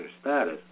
status